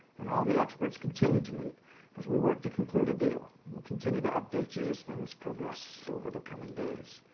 and all the experts continue to meet as we work to conclude a deal. we'll continue to update you as things progress over the coming days.